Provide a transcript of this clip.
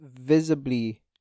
visibly